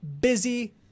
busy